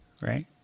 right